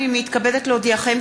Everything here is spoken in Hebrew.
אני מתכבדת להודיעכם,